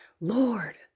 Lord